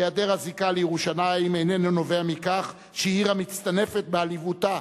היעדר הזיקה לירושלים איננו נובע מכך שהיא עיר המצטנפת בעליבותה.